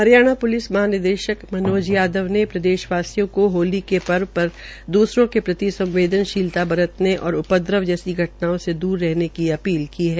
Haryana police महानिदेशक मनोज यादव ने प्रदेशवासियों केा होली के पर्व पर द्सरे के प्रति संवदनशीलता बरतने और उपद्रव जैसी घटनाओं से दूर रहने की अपील की है